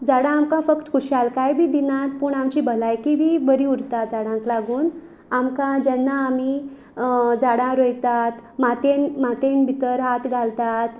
झाडां आमकां फक्त खुशालकाय बी दिनात पूण आमची भलायकी बी बरी उरता झाडांक लागून आमकां जेन्ना आमी झाडां रोयतात मातयेन मातयेन भितर हात घालतात